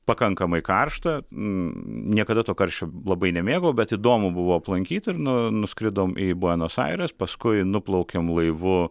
pakankamai karšta niekada to karščio labai nemėgau bet įdomu buvo aplankyti ir nu nuskridom į buenos aires paskui nuplaukėm laivu